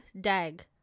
dag